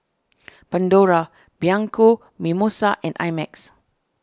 Pandora Bianco Mimosa and I Max